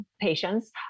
patients